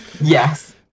Yes